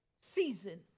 season